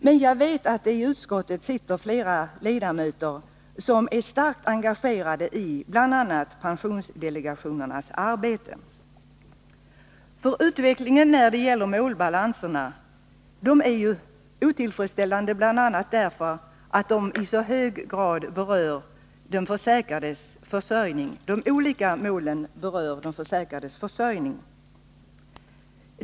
Men jag vet att det i utskottet sitter flera ledamöter som är starkt engagerade i bl.a. pensionsdelegationernas arbete. Utvecklingen när det gäller målbalanserna är otillfredsställande bl.a. därför att de olika målen i så hög grad berör de försäkrades försörjning.